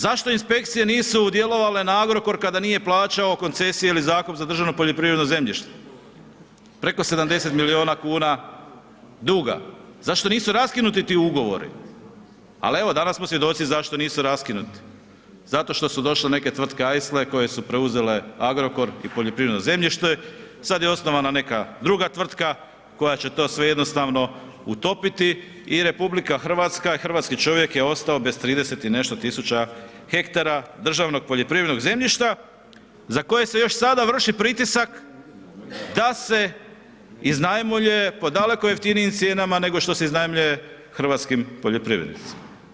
Zašto inspekcije nisu djelovale na Agrokor kada nije plaćao koncesije ili zakup za državno poljoprivredno zemljište, preko 70 milijuna kuna duga, zašto nisu raskinuti ti ugovori, al evo danas smo svjedoci zašto nisu raskinuti, zato što su došle neke tvrtke ajsle koje su preuzele Agrokor i poljoprivredno zemljište, sad je osnovana neka druga tvrtka koja će to sve jednostavno utopiti i RH i hrvatski čovjek je ostao bez 30 i nešto tisuća hektara državnog poljoprivrednog zemljišta za koje se još sada vrši pritisak da se iznajmljuje po daleko jeftinijim cijenama, nego što se iznajmljuje hrvatskim poljoprivrednicima.